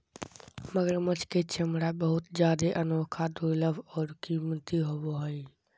मगरमच्छ के चमरा बहुत जादे अनोखा, दुर्लभ और कीमती होबो हइ